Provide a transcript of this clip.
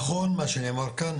נכון מה שנאמר כאן,